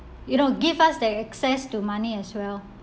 you know give us their access to money as well